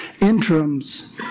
interims